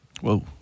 Whoa